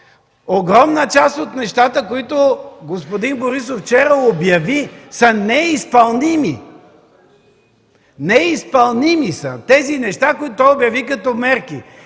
Огромна част от нещата, които господин Борисов вчера обяви, са неизпълними! Неизпълними са тези неща, които той обяви като мерки.